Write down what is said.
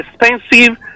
expensive